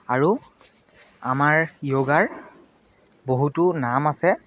আৰু আমাৰ যোগাৰ বহুতো নাম আছে